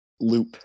loop